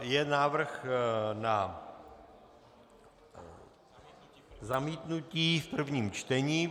Je návrh na zamítnutí v prvním čtení.